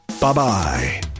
Bye-bye